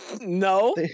No